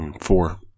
Four